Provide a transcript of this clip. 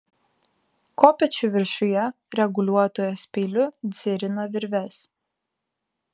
kopėčių viršuje reguliuotojas peiliu dzirina virves